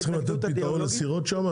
אתם לא צריכים לתת פתרון לסירות שם?